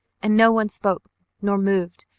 and no one spoke nor moved,